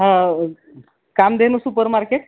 हा Kamdhenu super market